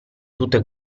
tutte